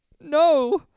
No